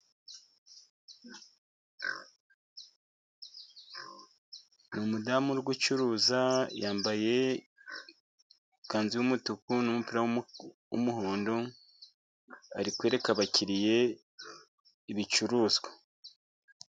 Umudamu uri gucuruza yambaye ikanzu yumutuku, n'umupira w'umuhondo, arikwereka abakiriya ibicuruzwa.